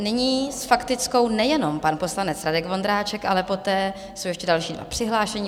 Nyní s faktickou nejen pan poslanec Radek Vondráček, ale poté jsou ještě další přihlášení.